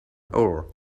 ore